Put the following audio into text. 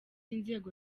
inzego